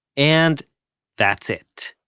and that's it.